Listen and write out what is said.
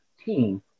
team